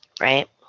Right